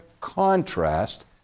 contrast